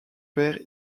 père